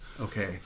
Okay